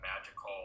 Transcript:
magical